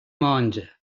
monja